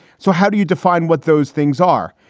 so how do you define what those things are?